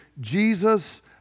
jesus